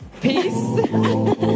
Peace